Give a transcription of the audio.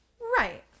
Right